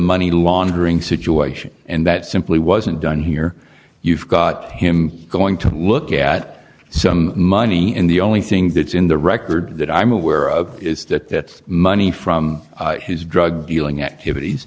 money laundering situation and that simply wasn't done here you've got him going to look at some money in the only thing that's in the record that i'm aware of is that money from his drug dealing activities